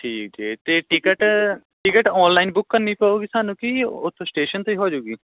ਠੀਕ ਠੀਕ ਅਤੇ ਟਿਕਟ ਟਿਕਟ ਔਨਲਾਈਨ ਬੁੱਕ ਕਰਨੀ ਪਊਗੀ ਸਾਨੂੰ ਕਿ ਉੱਥੋਂ ਸਟੇਸ਼ਨ 'ਤੇ ਹੋਜੂਗੀ